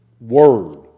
word